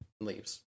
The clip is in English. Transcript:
leaves